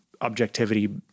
objectivity